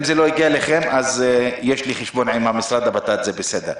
אם זה לא הגיע אליכם אז יש לי חשבון עם המשרד לביטחון הפנים זה בסדר.